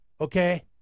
Okay